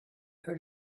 heard